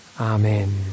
Amen